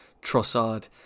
Trossard